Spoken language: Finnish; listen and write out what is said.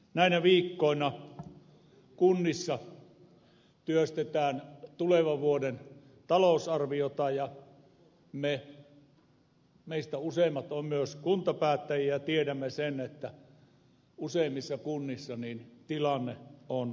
näinä viikkoina kunnissa työstetään tulevan vuoden talousarviota ja meistä useimmat ovat myös kuntapäättäjiä ja tiedämme sen että useimmissa kunnissa tilanne on erittäin vaikea